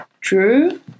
true